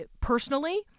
personally